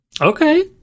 Okay